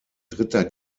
dritter